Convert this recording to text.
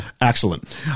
excellent